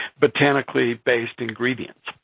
botanically based ingredients.